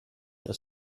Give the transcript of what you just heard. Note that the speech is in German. das